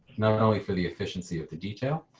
not only for the efficiency of the detail,